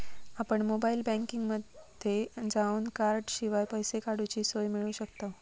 आपण मोबाईल बँकिंगमध्ये जावन कॉर्डशिवाय पैसे काडूची सोय मिळवू शकतव